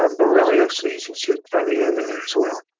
um borreliosis should probably have it here as well.